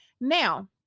Now